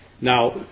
Now